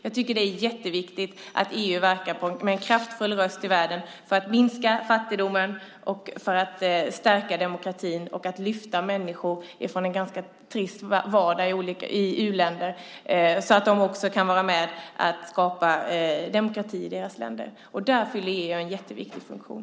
Jag tycker att det är jätteviktigt att EU verkar och talar med en kraftfull röst i världen för att minska fattigdomen, för att stärka demokratin och för att lyfta människor från en ganska trist vardag i u-länder så att de kan vara med och skapa demokrati i sina länder. Där fyller EU en viktig funktion.